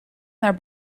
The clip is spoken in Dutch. naar